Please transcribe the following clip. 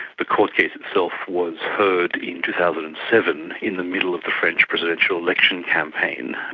the court case itself was heard in two thousand and seven in the middle of the french presidential election campaign.